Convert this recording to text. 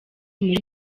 muri